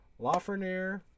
Lafreniere